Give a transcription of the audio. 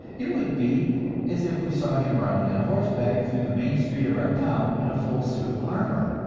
it would be as if we saw him riding on horseback through the main street of our town in a full suit of armor!